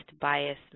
bias